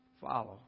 follow